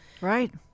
Right